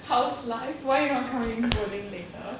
how's life why are you not coming bowling later